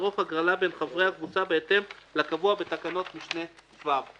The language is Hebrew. תערוך הגרלה בין חברי הקבוצה בהתאם לקבוע בתקנת משנה (ו);